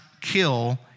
kill